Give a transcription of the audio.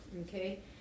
okay